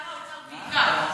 לשר האוצר בעיקר,